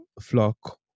flock